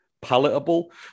palatable